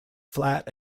flat